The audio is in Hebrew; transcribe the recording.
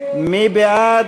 מי בעד?